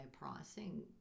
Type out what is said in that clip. pricing